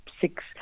six